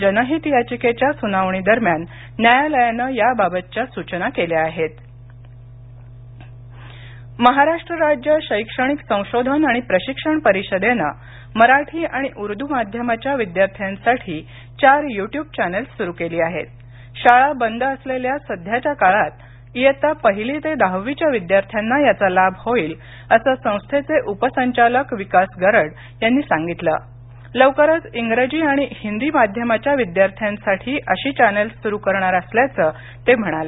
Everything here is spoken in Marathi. जनहित याचिकेच्या सुनावणीदरम्यान न्यायालयानं याबाबतच्या सूचना केल्या आहेत शैक्षणिक महाराष्ट्र राज्य शैक्षणिक संशोधन आणि प्रशिक्षण परिषदेनं मराठी आणि उर्दू माध्यमाच्या विद्यार्थ्यांसाठी चार यू ट्यूब चॅनेल्स सुरू केली आहेतशाळा बंद असलेल्या सध्याच्या काळात इयत्ता पहिली ते दहावीच्या विद्यार्थ्यांना याचा लाभ होईल असं संस्थेचे उपसंचालक विकास गरड यांनी सांगितलं लवकरच इंग्रजी आणि हिंदी माध्यमाच्या विद्यार्थ्यांसाठी अशी चॅनेल्स सुरू करणार असल्याचं त्यांनी सांगितलं